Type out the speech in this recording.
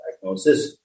diagnosis